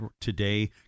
today